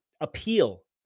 appeal